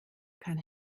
kann